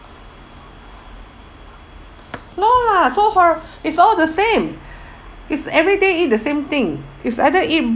no lah so horrib~ it's all the same it's everyday eat the same thing is either eat